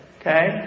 Okay